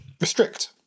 Restrict